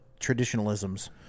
traditionalisms